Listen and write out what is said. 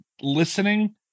listening